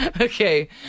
Okay